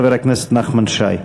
חבר הכנסת נחמן שי.